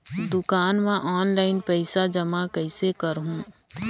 दुकान म ऑनलाइन पइसा जमा कइसे करहु?